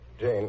Jane